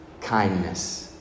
kindness